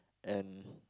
and